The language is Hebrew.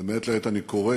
ומעת לעת אני קורא